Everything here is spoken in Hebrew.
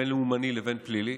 בין לאומני לבין פלילי,